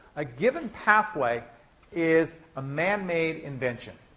a given pathway is a man-made invention.